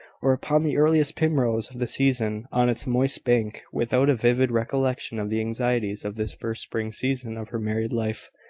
or upon the earliest primrose of the season on its moist bank, without a vivid recollection of the anxieties of this first spring season of her married life.